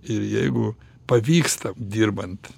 ir jeigu pavyksta dirbant